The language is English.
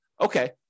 okay